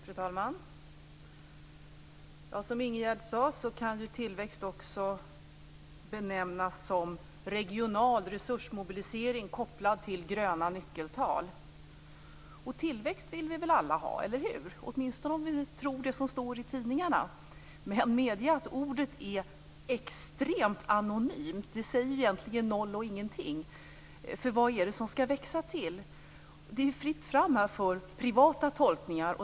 Fru talman! Som Ingegerd Saarinen sade kan tillväxt också benämnas regional resursmobilisering kopplad till gröna nyckeltal. Tillväxt vill vi väl alla ha, eller hur - åtminstone om vi ska tro vad som står i tidningarna? Men medge att ordet är extremt anonymt. Det säger egentligen noll och ingenting. Vad är det som ska växa till? Det är fritt fram för privata tolkningar.